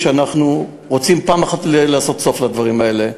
אנחנו רוצים פעם אחת לעשות סוף לדברים האלה,